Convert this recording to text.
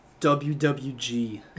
WWG